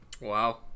Wow